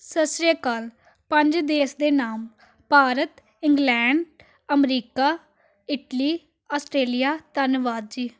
ਸਤਿ ਸ਼੍ਰੀ ਅਕਾਲ ਪੰਜ ਦੇਸ਼ ਦੇ ਨਾਮ Bharat England America Italy Australia ਧੰਨਵਾਦ ਜੀ